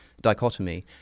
dichotomy